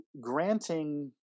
granting